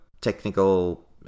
technical